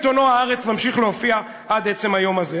עיתונו "הארץ" ממשיך להופיע עד עצם היום הזה.